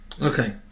Okay